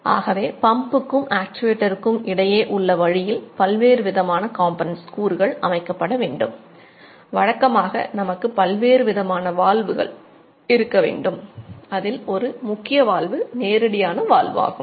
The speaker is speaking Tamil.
ஆகவே பம்புக்கும் ஆகும்